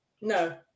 No